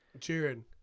Cheering